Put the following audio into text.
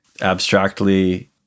abstractly